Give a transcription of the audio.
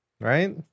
right